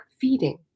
feeding